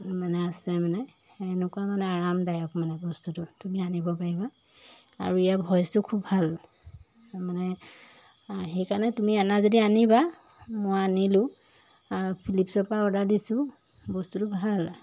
মানে আছে মানে এনেকুৱা মানে আৰামদায়ক মানে বস্তুটো তুমি আনিব পাৰিবা আৰু ইয়াৰ ভইচটো খুব ভাল মানে সেইকাৰণে তুমি আনা যদি আনিবা মই আনিলোঁ ফিলিপ্ছৰ পা অৰ্ডাৰ দিছোঁ বস্তুটো ভাল